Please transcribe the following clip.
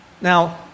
Now